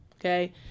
Okay